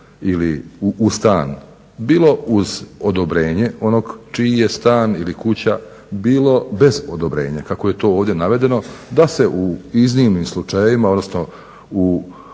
ili u stan bilo uz odobrenje onog čiji je stan ili kuća, bilo bez odobrenja kako je to ovdje navedeno da se u iznimnim slučajevima, odnosno u